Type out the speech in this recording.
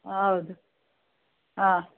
ಹೌದು ಹಾಂ